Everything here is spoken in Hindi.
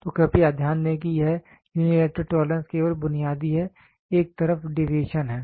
तो कृपया ध्यान दें कि यह यूनिलैटरल टोलरेंस केवल बुनियादी है एक तरफ डेविएशन है